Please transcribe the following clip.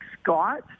scott